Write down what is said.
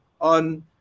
on